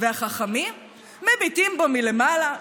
והחכמים מביטים בו מלמעלה,